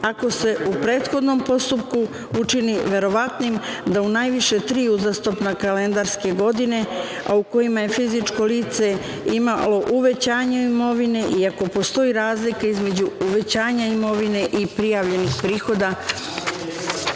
ako se u prethodnom postupku učini verovatnim da u najviše tri uzastopne kalendarske godine u kojima je fizičko lice imalo uvećanje imovine i ako postoji razlika između uvećanja imovine i prijavljenih prihoda